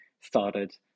started